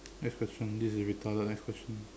next question this is retarded next question